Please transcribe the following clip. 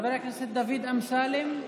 חבר הכנסת דוד אמסלם,